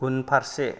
उनफारसे